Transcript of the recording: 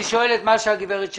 אני שואל את מה ששאלה הגברת.